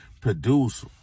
produce